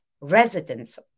residents